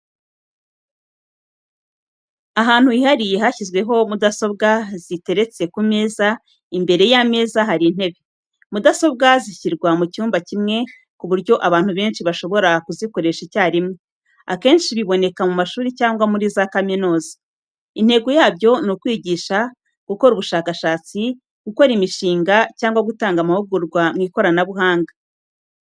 Ahantu hihariye hashyizwemo mudasobwa, ziteretse ku meza, imbere y'ameza hari intebe. Mudasobwa zishyirwa mu cyumba kimwe ku buryo abantu benshi bashobora kuzikoresha icyarimwe. Akenshi biboneka mu mashuri cyangwa muri za kaminuza. Intego yabyo ni ukwigisha, gukora ubushakashatsi, gukora imishinga, cyangwa gutanga amahugurwa mu ikoranabuhanga.